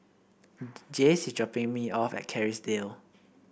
Jace is dropping me off at Kerrisdale